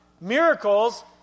miracles